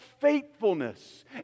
faithfulness